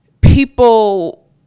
people